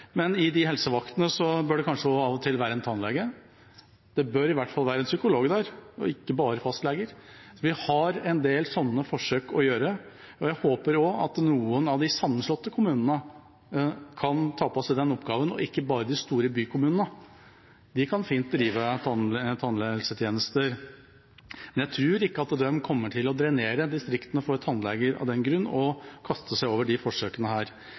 Men i de helsevaktene bør det kanskje også av og til være en tannlege. Det bør i hvert fall være en psykolog der, og ikke bare fastleger. Vi må gjøre en del sånne forsøk, og jeg håper at noen av de sammenslåtte kommunene kan ta på seg den oppgaven, og ikke bare de store bykommunene. De kan fint drive tannhelsetjenester. Men jeg tror ikke at de kommer til å tappe distriktene for tannleger av den grunn og kaste seg over disse forsøkene.